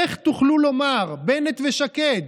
איך תוכלו לומר, בנט ושקד,